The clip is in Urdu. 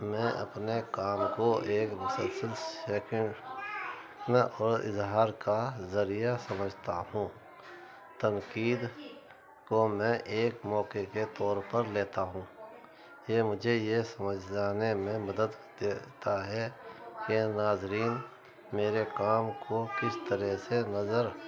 میں اپنے کام کو ایک مسلسل سیکنڈ اور اظہار کا ذریعہ سمجھتا ہوں تنقید کو میں ایک موقعے کے طور پر لیتا ہوں یہ مجھے یہ سمجھ جانے میں مدد دیتا ہے کہ ناظرین میرے کام کو کس طرح سے نظر